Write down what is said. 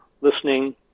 listening